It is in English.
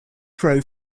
throw